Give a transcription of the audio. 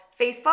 Facebook